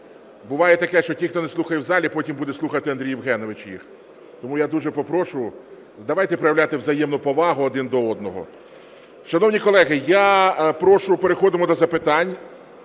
буває таке, що ті, хто не слухає в залі, потім буде слухати Андрій Євгенович їх. Тому я дуже попрошу, давайте проявляти взаємну повагу один до одного. Шановні колеги, я прошу, переходимо до запитань.